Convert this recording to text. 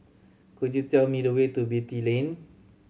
could you tell me the way to Beatty Lane